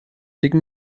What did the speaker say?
dicken